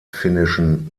finnischen